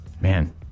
man